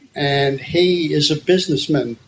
and he is a businessman.